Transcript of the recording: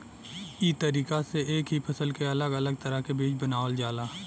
ई तरीका से एक ही फसल के अलग अलग तरह के बीज बनावल जाला